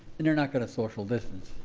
and they're not gonna social distance,